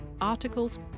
articles